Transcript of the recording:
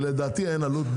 לדעתי אין עלות.